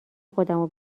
خودمو